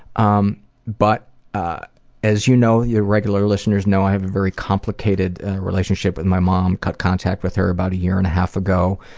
um but ah as you know regular listeners know, i have a very complicated relationship with my mom, cut contact with her about a year and a half ago.